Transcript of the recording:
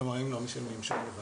כלומר, הם לא משלמים שום דבר